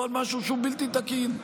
לא על משהו שהוא בלתי תקין.